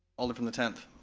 alder from the twelfth.